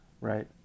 right